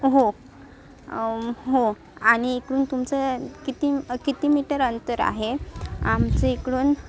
हो हो आणि इकडून तुमचं किती म किती मीटर अंतर आहे आमचं इकडून